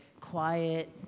quiet